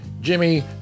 Jimmy